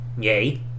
Yay